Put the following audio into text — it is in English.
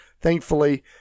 Thankfully